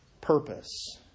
purpose